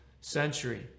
century